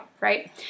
right